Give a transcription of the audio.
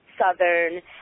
southern